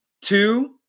Two